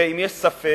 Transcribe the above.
ואם יש ספק,